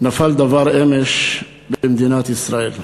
נפל דבר אמש במדינת ישראל.